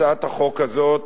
הצעת החוק הזאת